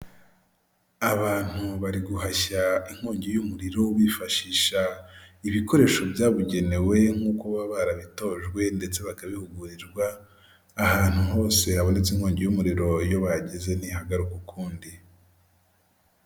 Abantu bari guhashya inkongi y'umuriro, bifashisha ibikoresho byabugenewe, nk'uko baba barabitojwe ndetse bakabihugurirwa, ahantu hose habonetse inkongi y'umuriro iyo bahageze, ntihagaka ukundi.